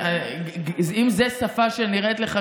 אם זו שפה שנראית לך,